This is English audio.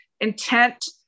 intent